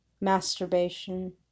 masturbation